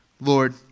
Lord